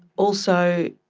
also,